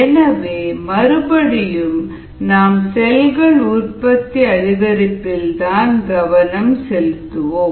எனவே மறுபடியும் நாம் செல்களின் உற்பத்தி அதிகரிப்பில் தான் கவனம் செலுத்துவோம்